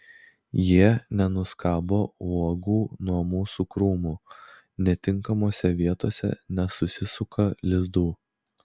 jie nenuskabo uogų nuo mūsų krūmų netinkamose vietose nesusisuka lizdų